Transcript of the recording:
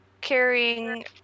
carrying